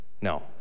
No